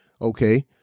okay